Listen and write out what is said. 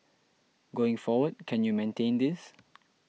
going forward can you maintain this